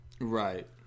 Right